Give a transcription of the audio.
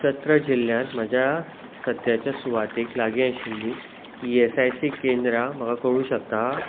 चत्र जिल्ल्यांत म्हज्या सद्याच्या सुवातेक लागीं आशिल्लीं ईएसआयसी केंद्रां म्हाका कळूंक शकता